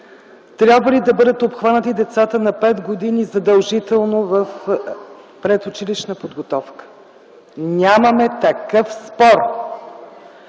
трябва ли да бъдат обхванати децата на пет години задължително в предучилищна подготовка? Нямаме такъв спор.